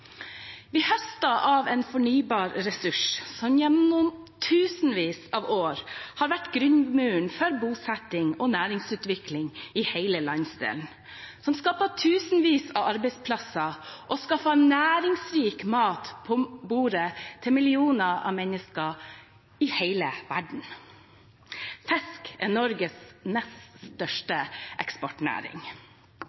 Vi høster av en fornybar ressurs som gjennom tusenvis av år har vært grunnmuren for bosetting og næringsutvikling i hele landsdelen, som skaper tusenvis av arbeidsplasser og skaffer næringsrik mat på bordet til millioner av mennesker i hele verden. Fisk er Norges nest største